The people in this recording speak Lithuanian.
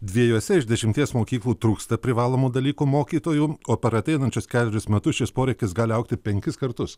dviejuose iš dešimties mokyklų trūksta privalomų dalykų mokytojų o per ateinančius kelerius metus šis poreikis gali augti penkis kartus